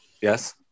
Yes